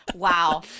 wow